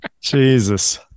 Jesus